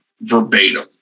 verbatim